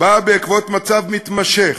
באה בעקבות מצב מתמשך